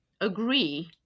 agree